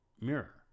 mirror